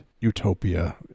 utopia